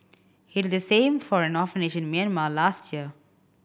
he did the same for an orphanage in Myanmar last year